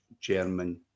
German